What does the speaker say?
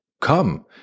come